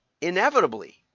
inevitably